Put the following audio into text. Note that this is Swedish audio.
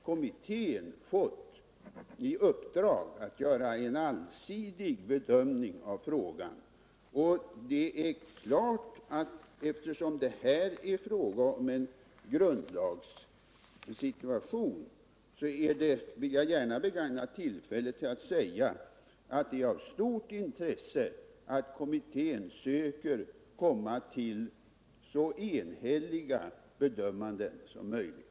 Kommittén har fått i uppdrag att göra en allsidig bedömning av frågan, och eftersom det här gäller en grundlagsfråga vill jag begagna tillfället att framhålla att det är av stort intresse att kommittén söker komma fram till så enhälliga bedömningar som möjligt.